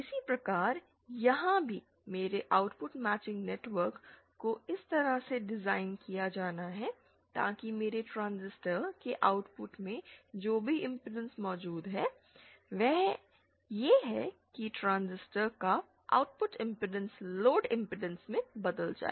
इसी प्रकार यहाँ भी मेरे आउटपुट मैचिंग नेटवर्क को इस तरह से डिज़ाइन किया जाना है ताकि मेरे ट्रांजिस्टर के आउटपुट में जो भी इम्पैडेंस मौजूद है वह यह है कि ट्रांजिस्टर का आउटपुट इम्पैडेंस लोड इम्पैडेंस में बदल जाए